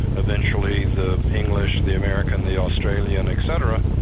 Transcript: eventually the english, the american, the australian etc.